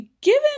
Given